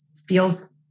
feels